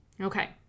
Okay